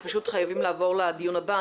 אבל אנחנו פשוט חייבים לעבור לדיון הבא.